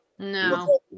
No